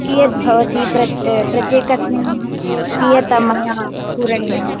कीयद्भवति प्रत्येकस्मिन् मासे कीयत् मया पूरणीयं